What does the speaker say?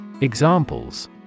Examples